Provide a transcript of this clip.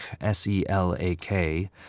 S-E-L-A-K